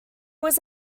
was